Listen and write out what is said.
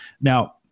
Now